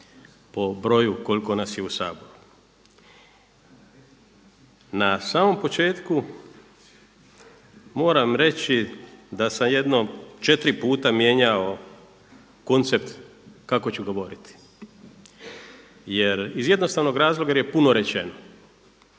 po broju koliko nas je u Saboru. Na samom početku moram reći da sam jedno četiri puta mijenjao koncept kako ću govoriti jer iz jednostavnog razloga jer je puno rečeno.